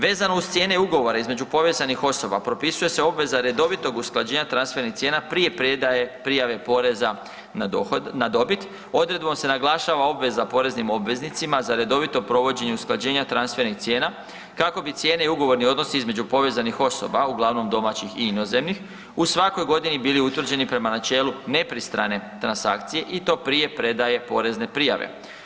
Vezano uz cijene ugovora između povezanih osoba propisuje se obveza redovitog usklađenja transfernih cijena prije predaje prijave poreza na dobit, odredbom se naglašava obveza poreznim obveznicima za redovito provođenje usklađenja transfernih cijena kako bi cijene i ugovorni odnosi između povezanih osoba, uglavnom domaćih i inozemnih u svakoj godini bili utvrđeni prema načelu nepristrane transakcije i to prije predaje porezne prijave.